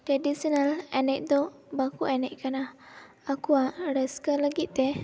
traditional ᱮᱱᱮᱡ ᱫᱚ ᱵᱟᱠᱚ ᱮᱱᱮᱡ ᱠᱟᱱᱟ ᱟᱠᱚᱣᱟᱜ ᱨᱟᱹᱥᱠᱟᱹ ᱞᱟᱹᱜᱤᱫ ᱛᱮ